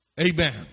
Amen